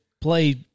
play